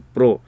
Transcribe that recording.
Pro